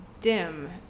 dim